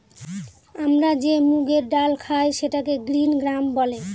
আমরা যে মুগের ডাল খায় সেটাকে গ্রিন গ্রাম বলে